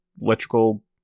electrical